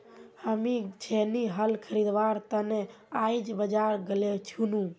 हामी छेनी हल खरीदवार त न आइज बाजार गेल छिनु